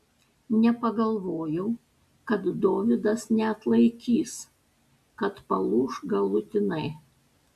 nepagalvojau kad dovydas neatlaikys kad palūš galutinai